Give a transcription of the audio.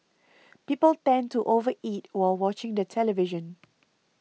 people tend to over eat while watching the television